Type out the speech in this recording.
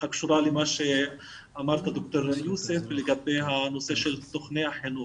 הקשורה למה שאמרת ד"ר יוסף לגבי הנושא של סוכני החינוך.